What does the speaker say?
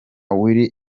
willy